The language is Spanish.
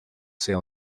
sea